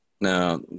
Now